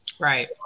Right